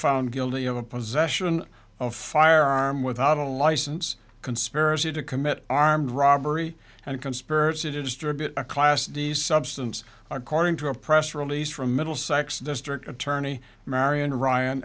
found guilty of a possession of firearm without a license conspiracy to commit armed robbery and conspiracy to distribute a class d substance or car into a press release from middlesex district attorney marian ryan